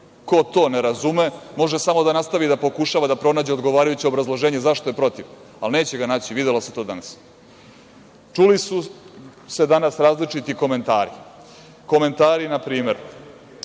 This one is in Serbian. Ko to ne razume može samo da nastavi da pokušava da pronađe odgovarajuće obrazloženje zašto je protiv, ali neće ga naći, videlo se to danas. Čuli su se danas razni komentari. Komentari na primer